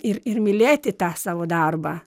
ir ir mylėti tą savo darbą